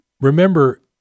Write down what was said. remember